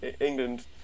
England